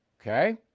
Okay